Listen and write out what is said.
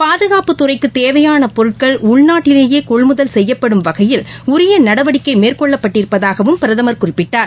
பாதுகாப்பு துறைக்குதேவையானபொருட்கள் உள்நாட்டிலேயேகொள்முதல் செய்யப்படும் வகையில் உரியநடவடிக்கைமேற்கொள்ளப்பட்டிருப்பதாகவும் பிரதமர் குறிப்பிட்டார்